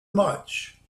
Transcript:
much